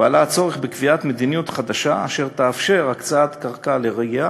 ועלה הצורך בקביעת מדיניות חדשה אשר תאפשר הקצאת קרקע לרעייה